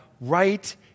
right